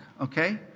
Okay